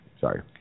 sorry